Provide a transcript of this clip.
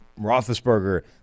Roethlisberger –